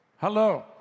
Hello